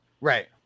right